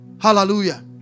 Hallelujah